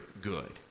good